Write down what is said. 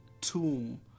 Tomb